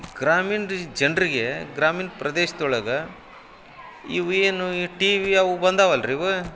ಗ್ರಾಮೀಣ ರಿ ಜನರಿಗೆ ಗ್ರಾಮೀಣ ಪ್ರದೇಶ್ದೊಳಗೆ ಇವೇನು ಈ ಟಿವಿ ಅವು ಬಂದಾವಲ್ಲ ರಿ ಇವು